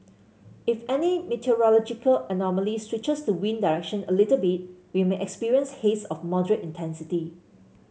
if any meteorological anomaly switches the wind direction a little bit we may experience haze of moderate intensity